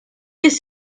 his